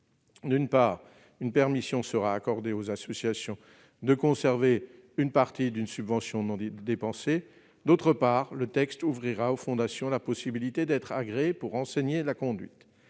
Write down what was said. D'une part, une autorisation sera accordée aux associations de conserver une partie d'une subvention non dépensée ; d'autre part, le texte ouvrira aux fondations la possibilité d'être agréées pour enseigner la conduite.